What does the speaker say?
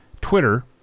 Twitter